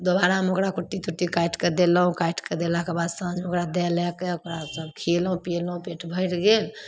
दोबारामे ओकरा कुट्टू तुट्टी काटिके देलहुँ काटिके देलाके बाद साँझमे ओकरा दै लैके ओकरा सब खिएलहुँ पिएलहुँ पेट भरि गेल